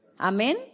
Amen